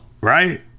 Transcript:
right